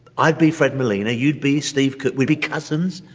i'd be fred molina, you'd be steve coo. we'd be cousins.